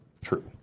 True